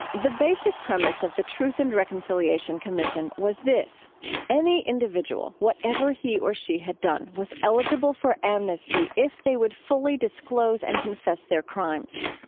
the basic premise of the truth and reconciliation reconciliation commission was this any individual, whatever he or she had done, was eligible for amnesty if they would fully disclose and confess their crimes.